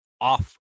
off